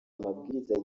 amabwiriza